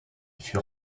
fut